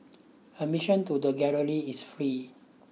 admission to the galleries is free